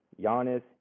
Giannis